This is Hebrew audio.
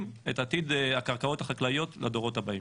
את עתיד הקרקעות החקלאיות לדורות הבאים.